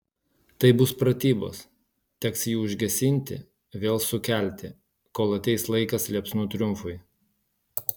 tai bus pratybos teks jį užgesinti vėl sukelti kol ateis laikas liepsnų triumfui